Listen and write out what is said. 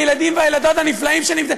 הילדים והילדות שנמצאים,